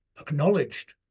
acknowledged